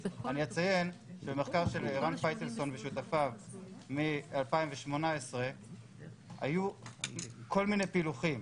אני אציין שבמחקר של ערן פייטלסון ושותפיו מ-2018 היו כל מיני פילוחים.